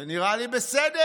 זה נראה לי בסדר,